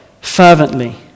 fervently